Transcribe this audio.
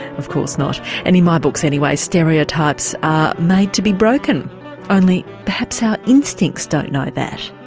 of course not, and in my books anyway stereo types are made to be broken only perhaps our instincts don't know that.